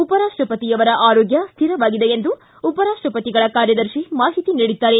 ಉಪರಾಷ್ಷಪತಿಯವರ ಆರೋಗ್ಯ ಸ್ವಿರವಾಗಿದೆ ಎಂದು ಉಪರಾಷ್ಷಪತಿಗಳ ಕಾರ್ಯದರ್ಶಿ ಮಾಹಿತಿ ನೀಡಿದ್ದಾರೆ